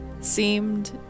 seemed